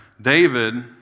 David